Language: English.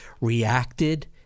reacted